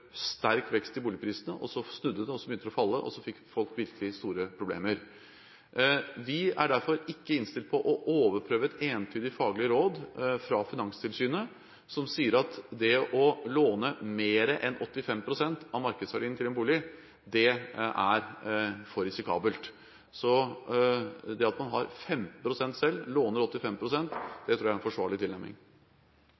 sterk vekst i boligprisene, og så snudde det. Det begynte å falle, og folk fikk virkelig store problemer. Vi er derfor ikke innstilt på å overprøve et entydig faglig råd fra Finanstilsynet, som sier at det er for risikabelt å låne mer enn 85 pst. av markedsverdien til en bolig. Så det at man har 15 pst. selv og låner